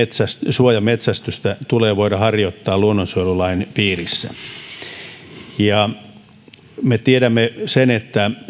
suojametsästystä tulee voida harjoittaa luonnonsuojelulain piirissä me tiedämme sen että